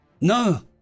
No